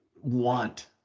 want